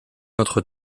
notre